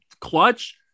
clutch